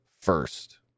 first